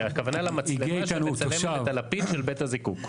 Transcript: הכוונה למצלמה שמצלמת את הלפיד של בית הזיקוק.